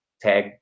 tag